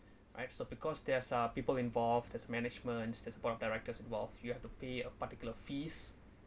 I've sort because there're people involved there's management there's a board of directors involved you have to pay a particular fees